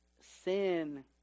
sin